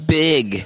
big